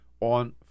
on